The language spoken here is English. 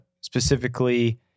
specifically